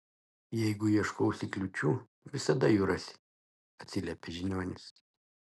jeigu ieškosi kliūčių visada jų rasi atsiliepė žiniuonis